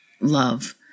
love